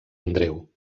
andreu